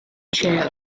chair